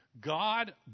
God